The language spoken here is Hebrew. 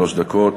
שלוש דקות.